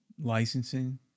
licensing